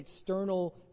external